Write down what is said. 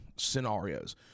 scenarios